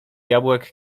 jabłek